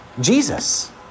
Jesus